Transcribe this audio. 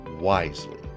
wisely